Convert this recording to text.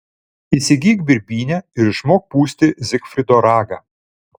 įsigyk birbynę ir išmok pūsti zigfrido ragą